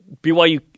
BYU